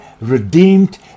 redeemed